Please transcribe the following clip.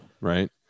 right